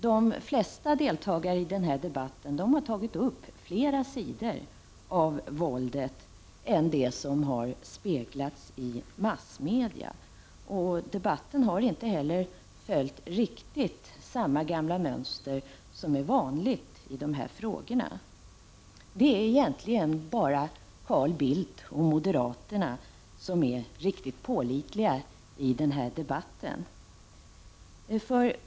De flesta deltagare i debatten har tagit upp flera sidor av våldet än det som har speglats i massmedia. Debatten har inte heller följt riktigt samma gamla mönster som är vanligt i dessa frågor. Det är egentligen bara Carl Bildt och moderaterna som är pålitliga i debatten.